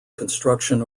construction